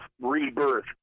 rebirth